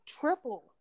triple